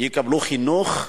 יקבלו חינוך,